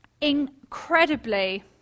incredibly